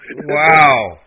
Wow